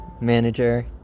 manager